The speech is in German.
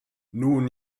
nun